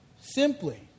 Simply